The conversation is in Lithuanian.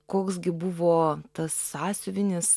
koks gi buvo tas sąsiuvinis